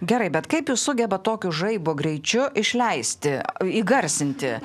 gerai bet kaip jūs sugebat tokiu žaibo greičiu išleisti įgarsinti